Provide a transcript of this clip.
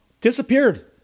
disappeared